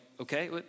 okay